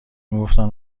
میگفتن